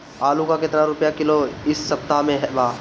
आलू का कितना रुपया किलो इह सपतह में बा?